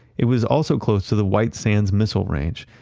it was also close to the white sands missile range.